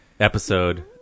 episode